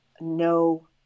no